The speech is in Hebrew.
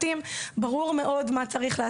מה "לא", מה את אומרת לו